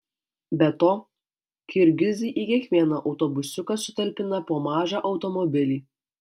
be to kirgizai į kiekvieną autobusiuką sutalpina po mažą automobilį